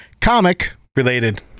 Comic-related